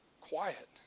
quiet